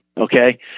okay